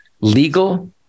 legal